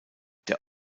der